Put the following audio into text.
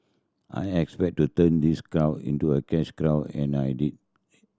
I expected to turn these cow into a cash crow and I did